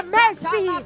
mercy